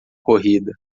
corrida